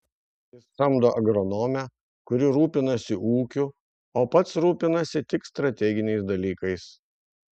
jis samdo agronomę kuri rūpinasi ūkiu o pats rūpinasi tik strateginiais dalykais